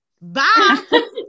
bye